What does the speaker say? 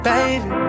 Baby